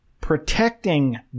protecting